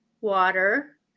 water